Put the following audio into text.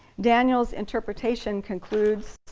daniel's interpretation concludes